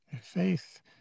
Faith